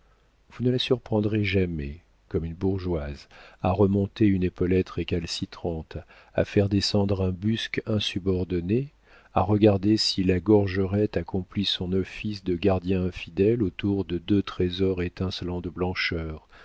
vous ne la surprendrez jamais comme une bourgeoise à remonter une épaulette récalcitrante à faire descendre un busc insubordonné à regarder si la gorgerette accomplit son office de gardien infidèle autour de deux trésors étincelant de blancheur